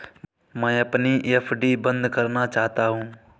मैं अपनी एफ.डी बंद करना चाहता हूँ